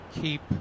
keep